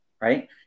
right